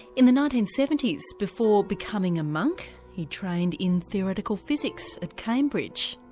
in the nineteen seventy s, before becoming a monk, he trained in theoretical physics at cambridge.